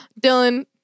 Dylan